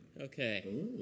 Okay